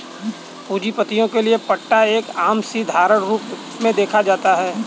पूंजीपतियों के लिये पट्टा एक आम सी धारणा के रूप में देखा जाता है